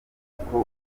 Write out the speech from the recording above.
kuko